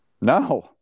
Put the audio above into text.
No